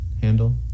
handle